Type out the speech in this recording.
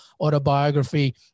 autobiography